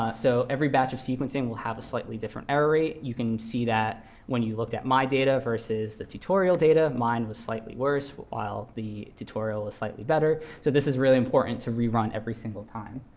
ah so every batch of sequencing will have a slightly different error rate. you can see that when you looked at my data versus the tutorial data. mine was slightly worse, while the tutorial was slightly better. so this is really important to rerun every single time.